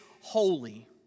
holy